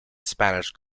spanish